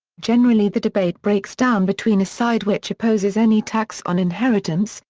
generally the debate breaks down between a side which opposes any tax on inheritance,